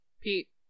Pete